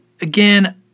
again